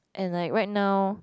and like right now